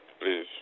please